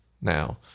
Now